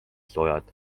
soojad